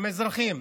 עם האזרחים,